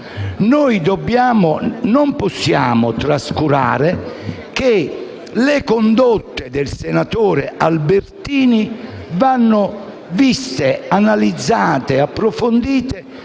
Non possiamo trascurare il fatto che le condotte del senatore Albertini vanno viste, analizzate e approfondite